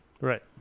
Right